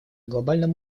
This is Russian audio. глобальном